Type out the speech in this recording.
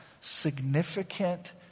significant